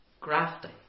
grafting